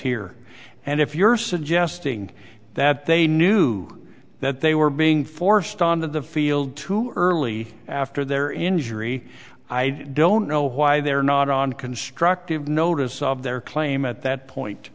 here and if you're suggesting that they knew that they were being forced on the field too early after their injury i don't know why they're not on constructive notice of their claim at that point